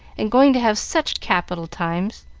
and going to have such capital times.